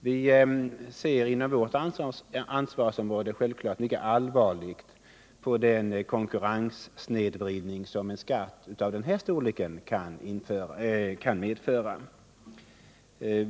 Vi ser inom vårt ansvarsområde självklart mycket allvarligt på den konkurrenssnedvridning som en skatt av den här storleken kan medföra.